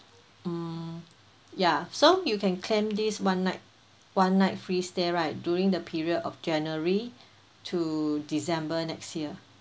mm ya so you can claim this one night one night free stay right during the period of january to december next year